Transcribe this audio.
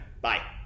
Bye